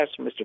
Mr